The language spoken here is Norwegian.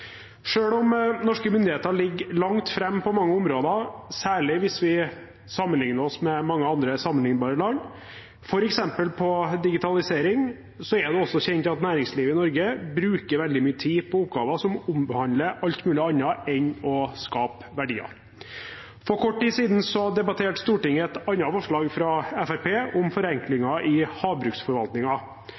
om norske myndigheter ligger langt framme på mange områder, særlig hvis vi sammenligner oss med mange andre sammenlignbare land, f.eks. på digitalisering, er det også kjent at næringslivet i Norge bruker veldig mye tid på oppgaver som omhandler alt mulig annet enn å skape verdier. For kort tid siden debatterte Stortinget et annet forslag fra Fremskrittspartiet om forenklinger i